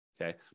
okay